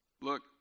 Look